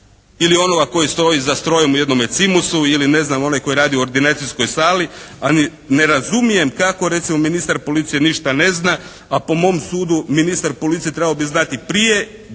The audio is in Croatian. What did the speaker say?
ili onoga koji stoji za strojem u jednome Cimusu ili ne znam onaj koji radi u ordinacijskoj sali. Ne razumijem kako recimo ministar policije ništa ne zna, a po mom sudu ministar policije trebao bi znati prije